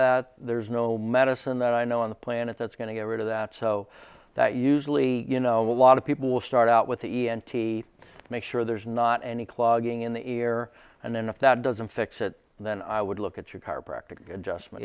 that there's no medicine that i know on the planet that's going to get rid of that so that usually you know a lot of people will start out with the e m t make sure there's not any clogging in the air and then if that doesn't fix it then i would look at your car practical and just